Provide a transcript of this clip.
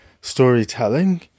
storytelling